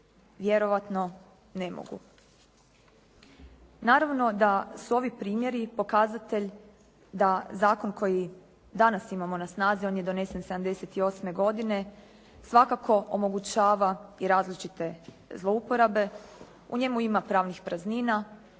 Vjerojatno ne mogu. Naravno da su ovi primjeri pokazatelj da zakon koji danas imamo na snazi, on je donesen 1978. godine, svakako omogućava i različite zlouporabe. U njemu ima pravnih praznina